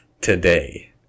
today